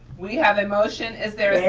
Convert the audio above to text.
we have a motion is there there